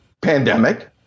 pandemic